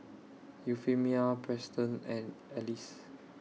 Euphemia Preston and Alize